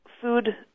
food